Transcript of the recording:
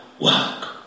work